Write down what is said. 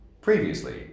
Previously